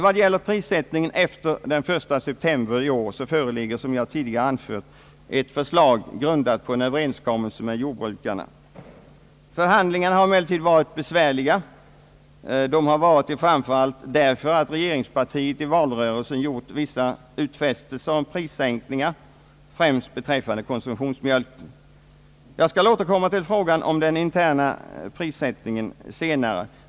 Beträffande prissättningen efter den 1 september i år föreligger, som jag tidigare anfört, ett förslag grundat på en överenskommelse med jordbrukarna. Förhandlingarna har varit besvärliga, framför allt därför att regeringspartiet i valrörelsen gjort vissa utfästelser om prissänkningar främst beträffande konsumtionsmjölken. Jag skall återkomma till frågan om den interna mjölkprissättningen senare.